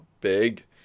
big